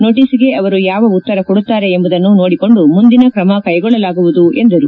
ನೋಟಸ್ಗೆ ಅವರು ಯಾವ ಉತ್ತರ ಕೊಡುತ್ತಾರೆ ಎಂಬುದನ್ನು ನೋಡಿಕೊಂಡು ಮುಂದಿನ ಕ್ರಮ ಕೈಗೊಳ್ಳಲಾಗುವುದು ಎಂದರು